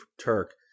Turk